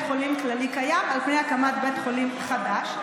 חולים כללי קיים על פני הקמת בית חולים חדש,